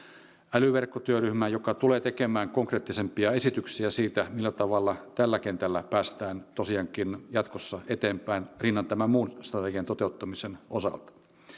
älyverkkotyöryhmän joka tulee tekemään konkreettisempia esityksiä siitä millä tavalla tällä kentällä päästään tosiaankin jatkossa eteenpäin rinnan tämän muun strategian toteuttamisen osalta